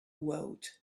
world